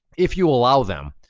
if you allow them.